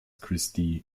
christi